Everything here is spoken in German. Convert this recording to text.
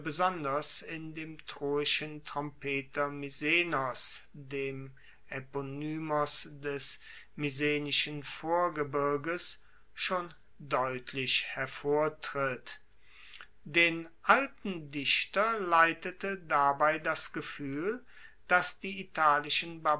in dem troischen trompeter misenos dem eponymos des misenischen vorgebirges schon deutlich hervortritt den alten dichter leitete dabei das gefuehl dass die italischen